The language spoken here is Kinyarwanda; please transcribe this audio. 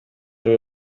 rwe